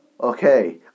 Okay